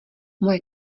moje